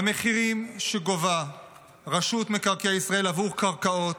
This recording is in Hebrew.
המחירים שגובה רשות מקרקעי ישראל בעבור קרקעות,